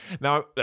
Now